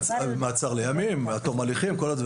מעצר לימים, עד תום הליכים וכולי.